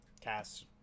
cast